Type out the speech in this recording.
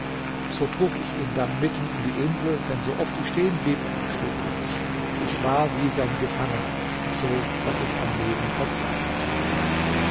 so trug ich ihn dann mitten in die insel denn so oft ich stehen blieb schlug er mich ich war wie sein gefangener so daß ich am leben verzweifelte